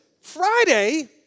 Friday